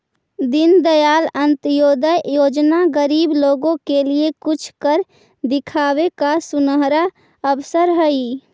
दीनदयाल अंत्योदय योजना गरीब लोगों के लिए कुछ कर दिखावे का सुनहरा अवसर हई